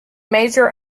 major